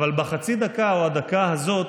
אבל בחצי דקה או הדקה הזאת,